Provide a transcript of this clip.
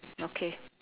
okay